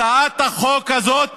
הצעת החוק הזאת